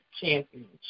Championship